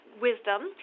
wisdom